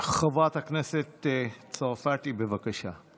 חברת הכנסת צרפתי, בבקשה.